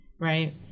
right